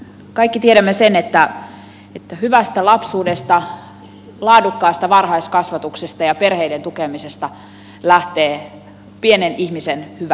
kaikki tiedämme sen että hyvästä lapsuudesta laadukkaasta varhaiskasvatuksesta ja perheiden tukemisesta lähtee pienen ihmisen hyvä elämä